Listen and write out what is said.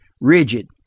rigid